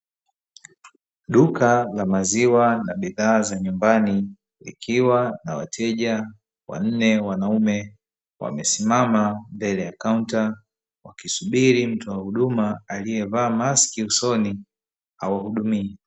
Duka la maziwa la bidhaa za nyumbani likiwa na wateja wanne wanaume , wamesimama mbele ya kaunta wakisubiri mtoa huduma aliyevaa maski usoni awahudumie.